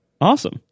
Awesome